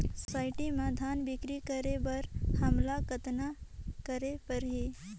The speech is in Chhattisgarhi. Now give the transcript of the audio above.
सोसायटी म धान बिक्री करे बर हमला कतना करे परही?